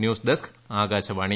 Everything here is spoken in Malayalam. news desk Akashvani